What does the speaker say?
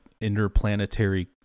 interplanetary